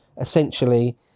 essentially